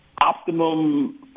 optimum